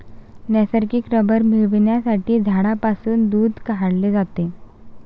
नैसर्गिक रबर मिळविण्यासाठी झाडांपासून दूध काढले जाते